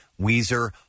Weezer